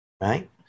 right